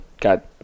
got